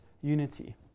unity